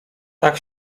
tak